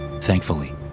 Thankfully